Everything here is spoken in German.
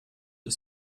ist